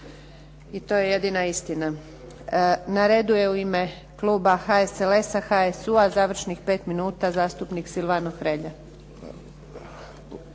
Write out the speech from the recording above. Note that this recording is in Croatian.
I to je jedina istina. Na redu je u ime kluba HSLS-a, HSU-a završnih 5 minuta zastupnik Silvano Hrelja.